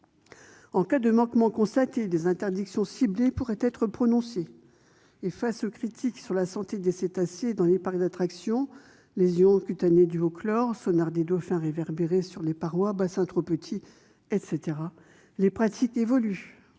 En cas de manquement constaté, des interdictions ciblées pourront être prononcées. Face aux critiques sur la santé des cétacés dans les parcs d'attractions- je pense aux lésions cutanées dues au chlore, au sonar des dauphins qui se réverbère sur les parois, aux bassins trop petits, etc. -, les pratiques évoluent.